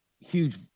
huge